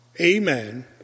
amen